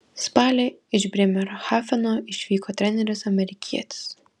spalį iš brėmerhafeno išvyko treneris amerikietis